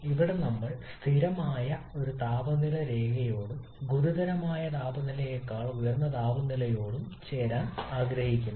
ഇവിടെ നമ്മൾ സ്ഥിരമായ ഒരു താപനില രേഖയോടും ഗുരുതരമായ താപനിലയേക്കാൾ ഉയർന്ന താപനിലയോടും ചേരാൻ ആഗ്രഹിക്കുന്നു